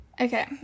Okay